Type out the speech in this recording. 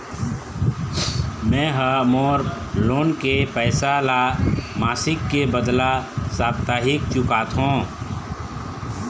में ह मोर लोन के पैसा ला मासिक के बदला साप्ताहिक चुकाथों